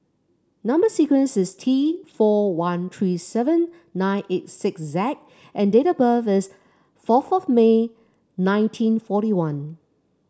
number sequence is T four one three seven nine eight six Z and date of birth is fourth of May nineteen forty one